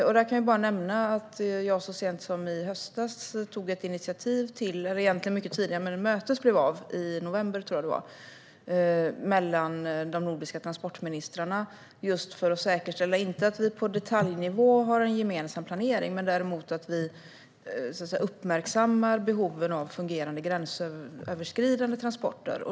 Jag kan nämna att jag så sent som i höstas - egentligen mycket tidigare - tog initiativ till ett möte i november mellan de nordiska transportministrarna, inte för att ha en gemensam planering på detaljnivå utan för att säkerställa att vi uppmärksammar behoven av fungerande gränsöverskridande transporter.